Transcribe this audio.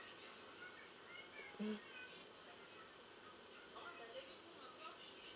mm